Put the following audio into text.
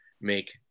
make